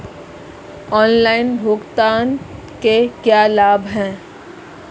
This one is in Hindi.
ऑनलाइन भुगतान के क्या लाभ हैं?